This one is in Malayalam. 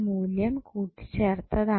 മൂല്യം കൂട്ടിച്ചേർത്തതാണ്